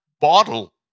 bottle